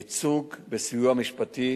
ייצוג וסיוע משפטי,